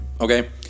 Okay